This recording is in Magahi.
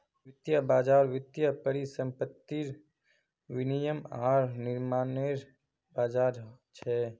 वित्तीय बज़ार वित्तीय परिसंपत्तिर विनियम आर निर्माणनेर बज़ार छ